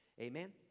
Amen